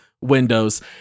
windows